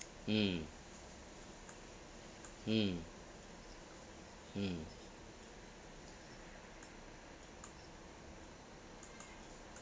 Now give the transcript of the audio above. mm mm mm